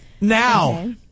Now